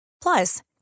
Plus